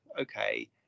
okay